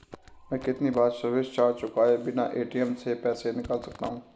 मैं कितनी बार सर्विस चार्ज चुकाए बिना ए.टी.एम से पैसे निकाल सकता हूं?